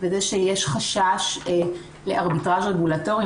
וזה שיש חשש לארביטראז' רגולטורי,